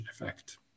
effect